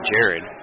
Jared